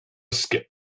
skip